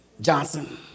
Johnson